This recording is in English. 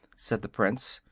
said the prince.